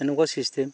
এনেকুৱা ছিষ্টেম